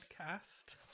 Podcast